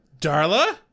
Darla